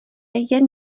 jen